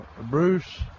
Bruce